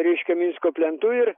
reikia minsko plentu ir